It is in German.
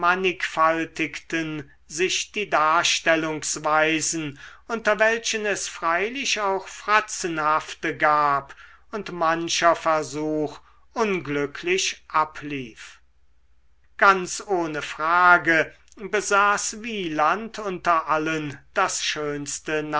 sich die darstellungsweisen unter welchen es freilich auch fratzenhafte gab und mancher versuch unglücklich ablief ganz ohne frage besaß wieland unter allen das schönste